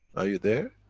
are you there?